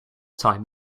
time